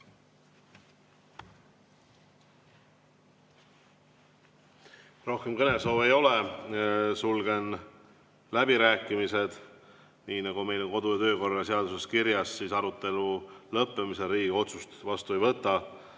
Rohkem kõnesoove ei ole, sulgen läbirääkimised. Nii nagu meie kodu‑ ja töökorra seaduses kirjas, arutelu lõppemisel Riigikogu otsust vastu ei võta.